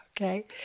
okay